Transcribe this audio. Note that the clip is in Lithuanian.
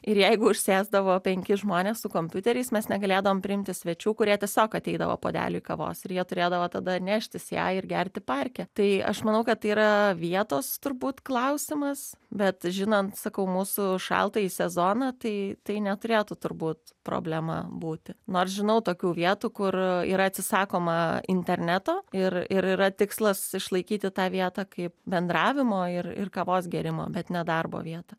ir jeigu užsėsdavo penki žmonės su kompiuteriais mes negalėdavom priimti svečių kurie tiesiog ateidavo puodeliui kavos ir jie turėdavo tada neštis ją ir gerti parke tai aš manau kad yra vietos turbūt klausimas bet žinant sakau mūsų šaltąjį sezoną tai tai neturėtų turbūt problema būti nors žinau tokių vietų kur yra atsisakoma interneto ir ir yra tikslas išlaikyti tą vietą kaip bendravimo ir ir kavos gėrimo bet ne darbo vietą